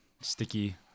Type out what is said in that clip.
sticky